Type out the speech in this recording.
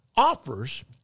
Offers